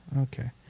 okay